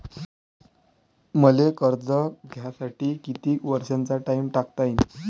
मले कर्ज घ्यासाठी कितीक वर्षाचा टाइम टाकता येईन?